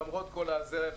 למרות הזרם,